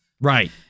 Right